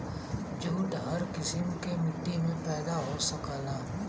jute हर किसिम के मट्टी में पैदा हो सकला